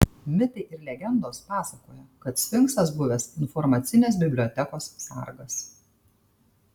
mitai ir legendos pasakoja kad sfinksas buvęs informacinės bibliotekos sargas